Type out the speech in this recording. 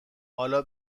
حالا